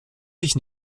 sich